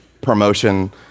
promotion